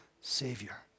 Savior